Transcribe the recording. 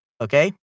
Okay